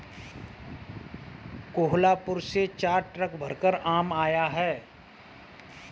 कोहलापुर से चार ट्रक भरकर आम आया है